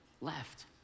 left